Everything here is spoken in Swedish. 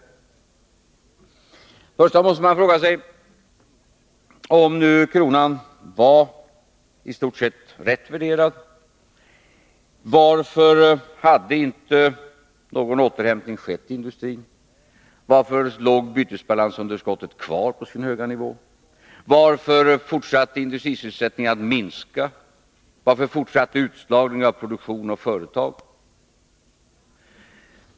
Först och främst måste man fråga sig: Om nu kronan var i stort sett rätt värderad, varför hade inte någon återhämtning skett i industrin? Varför låg bytesbalansunderskottet kvar på sin höga nivå? Varför fortsatte industrisysselsättningen att minska? Varför fortsatte utslagningen av produktion och företag?